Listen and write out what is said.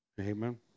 Amen